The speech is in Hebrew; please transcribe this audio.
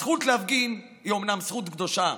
הזכות להפגין היא אומנם זכות קדושה,